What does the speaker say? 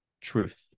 Truth